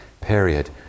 period